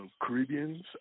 Caribbeans